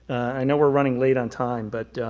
i know we're running late on time, but